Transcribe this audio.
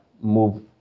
move